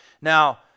Now